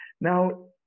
Now